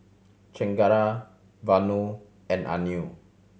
Chengara Vanu and Anil